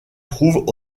trouvent